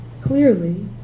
clearly